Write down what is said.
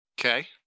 Okay